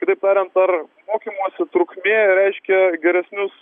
kitaip tariant ar mokymosi trukmė reiškia geresnius